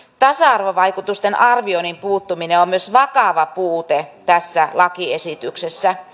tasa arvovaikutusten arvioinnin puuttuminen on myös vakava puute tässä lakiesityksessä